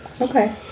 Okay